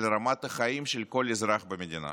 על רמת החיים של כל אזרח במדינה.